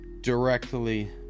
directly